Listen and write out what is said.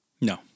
No